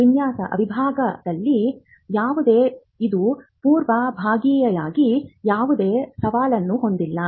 ವಿನ್ಯಾಸ ವಿಭಾಗದಲ್ಲಿ ಯಾವುದೇ ಇದು ಪೂರ್ವಭಾವಿಯಾಗಿ ಯಾವುದೇ ಸವಾಲನ್ನು ಹೊಂದಿಲ್ಲ